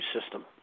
system